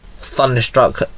Thunderstruck